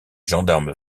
gendarmes